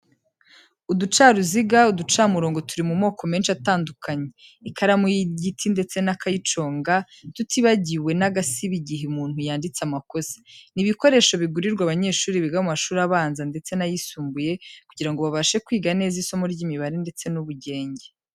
Uducaruziga, uducamurongo turi mu moko menshi atandukanye, ikaramu y'igiti ndetse n'akayiconga, tutibagiye n'agasiba igihe umuntu yanditse amakosa. Ni ibikoresho bigurirwa abanyeshuri biga mu mashuri abanza ndetse n'ayisumbuye kugira ngo babashe kwiga neza isomo ry'imibare ndetse n'ubugenge.